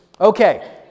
Okay